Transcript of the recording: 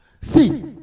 see